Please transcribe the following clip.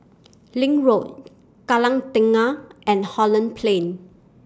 LINK Road Kallang Tengah and Holland Plain